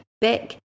back